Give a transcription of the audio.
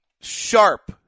sharp